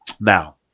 Now